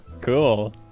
Cool